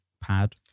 pad